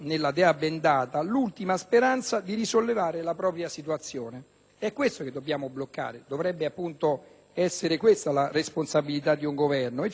É questo che dobbiamo bloccare e dovrebbe appunto essere questa la responsabilità di un Governo. La patologia del gioco